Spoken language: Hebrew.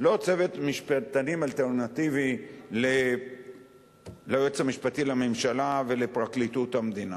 לא צוות משפטנים אלטרנטיבי ליועץ המשפטי לממשלה ולפרקליטות המדינה,